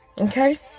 Okay